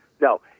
no